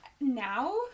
now